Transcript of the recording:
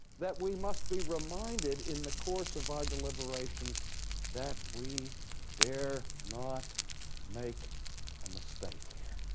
that we must be reminded in the course of our deliberations that we dare not make a mistake here.